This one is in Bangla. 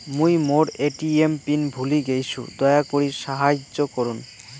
মুই মোর এ.টি.এম পিন ভুলে গেইসু, দয়া করি সাহাইয্য করুন